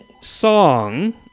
song